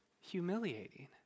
humiliating